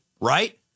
right